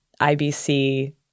IBC